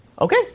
Okay